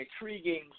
intriguing